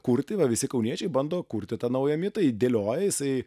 kurti va visi kauniečiai bando kurti tą naują mitą jį dėlioja jisai